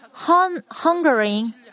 hungering